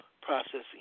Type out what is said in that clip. processing